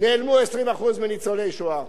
נעלמו 20% מניצולי השואה.